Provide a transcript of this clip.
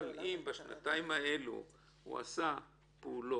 אבל אם בשנתיים האלה הוא עשה פעולות